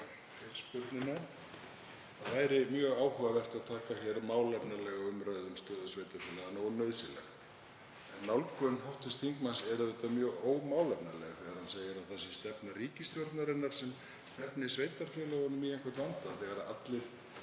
Það væri mjög áhugavert að taka hér málefnalega umræðu um stöðu sveitarfélaganna og nauðsynlegt. En nálgun hv. þingmanns er auðvitað mjög ómálefnaleg þegar hann segir að það sé stefna ríkisstjórnarinnar sem stefni sveitarfélögunum í einhvern vanda, þegar allir